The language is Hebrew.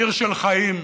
עיר של חיים,